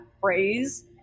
phrase